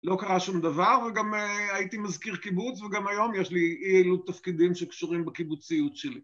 לא קרה שום דבר וגם הייתי מזכיר קיבוץ וגם היום יש לי אי אילו תפקידים שקשורים בקיבוציות שלי.